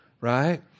right